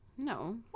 no